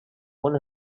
one